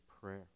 prayer